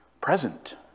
present